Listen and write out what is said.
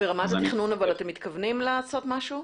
אבל ברמת התכנון אתם מתכוונים לעשות משהו?